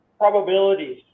probabilities